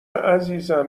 عزیزم